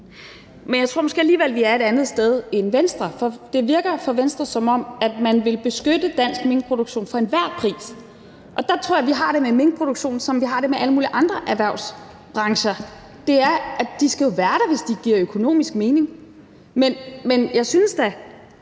men jeg tror måske alligevel, at vi er et andet sted end Venstre, for det virker, som om man fra Venstres side vil beskytte dansk minkproduktion for enhver pris. Og der tror jeg, at vi har det med minkproduktion, som vi har det med alle mulige andre erhvervssbrancher, og det er, at de jo skal være der, hvis de giver økonomisk mening, men jeg synes da,